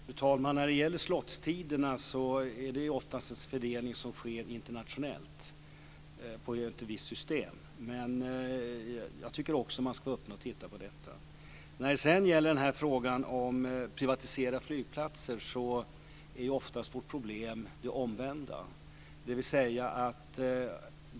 Fru talman! Fördelningen av slots-tider sker ofta internationellt efter ett visst system. Men jag tycker också att man ska öppna för att titta på detta. När det sedan gäller frågan om privatisering av flygplatser är oftast vårt problem det omvända.